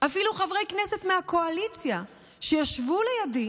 אפילו חברי כנסת מהקואליציה שישבו לידי